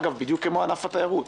אגב, בדיוק כמו ענף התיירות.